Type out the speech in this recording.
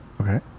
Okay